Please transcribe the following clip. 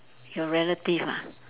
your relative ah